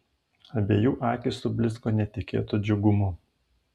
abiejų akys sublizgo netikėtu džiugumu